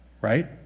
right